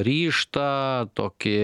ryžtą tokį